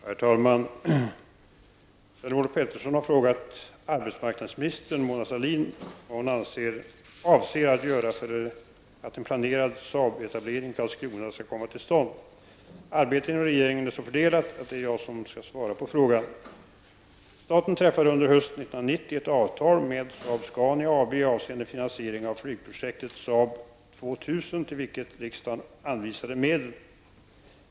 Herr talman! Sven-Olof Petersson har frågat arbetsmarknadsminister Mona Sahlin vad hon avser att göra för att en planerad SAAB-etablering i Karlskrona skall komma till stånd. Arbetet inom regeringen är så fördelat att det är jag som skall svara på frågan. Staten träffade under hösten 1990 ett avtal med 104).